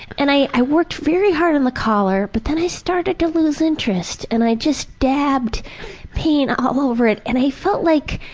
and i i worked very hard on the collar but then i started to lose interest and i just dabbed paint all over it and i felt like.